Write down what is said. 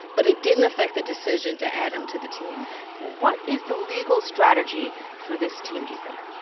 but it didn't affect the decision to add him to the team what is the legal strategy for this team, do you think?